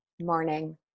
Morning